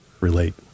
relate